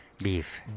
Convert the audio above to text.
Beef